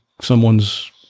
someone's